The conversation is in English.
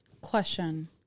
Question